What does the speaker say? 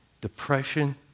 depression